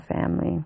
family